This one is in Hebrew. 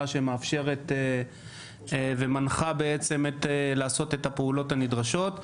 שמאפשרת ומנחה בעצם לעשות את הפעולות הנדרשות.